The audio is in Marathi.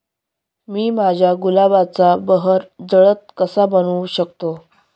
मी माझ्या गुलाबाचा बहर जलद कसा बनवू शकतो?